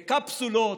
בקפסולות,